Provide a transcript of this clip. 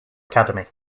academy